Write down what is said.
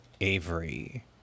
Avery